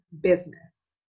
business